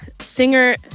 singer